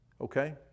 Okay